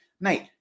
mate